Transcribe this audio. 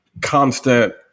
constant